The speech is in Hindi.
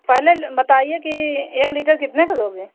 पहले बताइए की एक लीटर कितने का लोगे